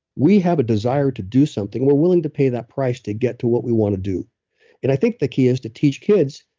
we have a desire to do something. we're willing to pay that price to get to what we want to do and i think the key is to teach kids,